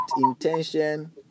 intention